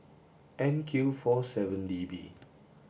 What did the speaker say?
N Q four seven D B